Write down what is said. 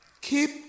Keep